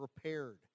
prepared